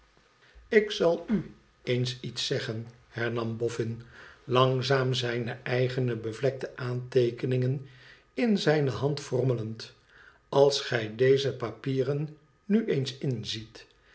ik zal u eens iets zeggen hernam boffin langzaam zijne eigene bevlekte aanteekeningen in zijne hand frommelend als gij deze papieren nu eens inziet